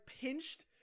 pinched